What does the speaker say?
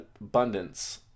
abundance